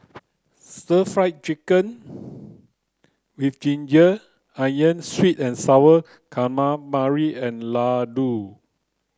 stir fry chicken with ginger onions sweet and sour calamari and Laddu